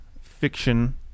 fiction